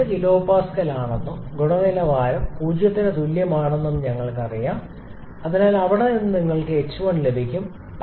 ഇത് 10 kPa ആണെന്നും ഗുണനിലവാരം 0 ന് തുല്യമാണെന്നും ഞങ്ങൾക്കറിയാം അതിനാൽ അവിടെ നിന്ന് നിങ്ങൾക്ക് h1 ലഭിക്കും